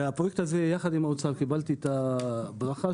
קיבלתי את הברכה,